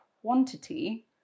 quantity